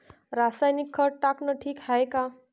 रासायनिक खत टाकनं ठीक हाये का?